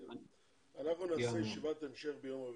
אנחנו נעשה ישיבת המשך ביום רביעי,